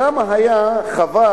כמה היה חבל,